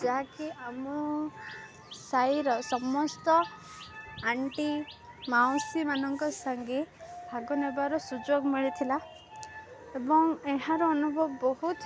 ଯାହାକି ଆମ ସାହିର ସମସ୍ତ ଆଣ୍ଟି ମାଉସୀମାନଙ୍କ ସାଙ୍ଗେ ଭାଗ ନେବାର ସୁଯୋଗ ମିଳିଥିଲା ଏବଂ ଏହାର ଅନୁଭବ ବହୁତ